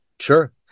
sure